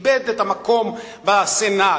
שאיבד את המקום בסנאט,